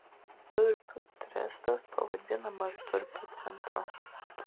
durpių trestas pavadinamas durpių centru